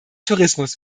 tourismus